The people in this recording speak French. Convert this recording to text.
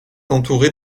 entourée